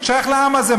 שייך לעם הזה.